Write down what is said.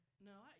No